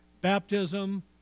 baptism